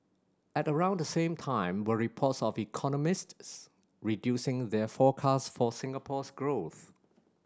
at around the same time were reports of economists reducing their forecast for Singapore's growth